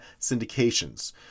syndications